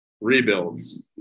rebuilds